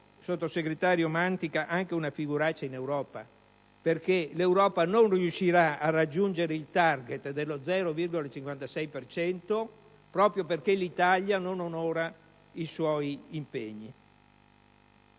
sottosegretario Mantica, anche una figuraccia in Europa, perché l'Europa non riuscirà a raggiungere il*target* dello 0,56 per cento proprio perché l'Italia non onora i suoi impegni.